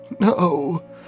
no